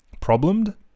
problemed